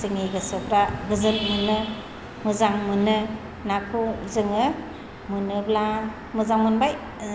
जोंनि गोसोफ्रा गोजोन मोनो मोजां मोनो नाखौ जोङो मोनोब्ला मोजां मोनबाय